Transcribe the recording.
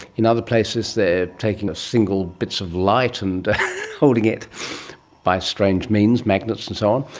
in other places they are taking single bits of light and holding it by strange means, magnets and so on.